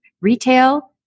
retail